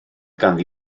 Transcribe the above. ganddi